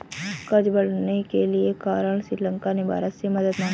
कर्ज बढ़ने के कारण श्रीलंका ने भारत से मदद मांगी